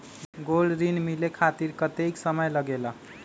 Gold ऋण मिले खातीर कतेइक समय लगेला?